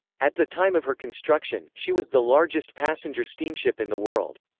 at the time of her construction, she was the largest passenger steamship in the world.